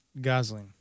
Gosling